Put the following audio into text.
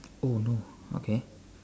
oh no okay